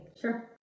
sure